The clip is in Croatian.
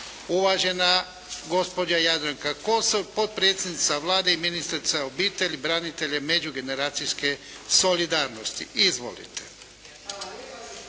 Uvažena gospođa Jadranka Kosor, potpredsjednica Vlade i ministrica obitelji, branitelja i međugeneracijske solidarnosti. Izvolite.